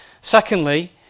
Secondly